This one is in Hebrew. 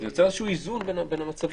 זה יוצר איזשהו איזון בין המצבים.